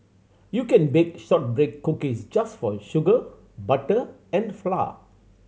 you can bake shortbread cookies just for sugar butter and flour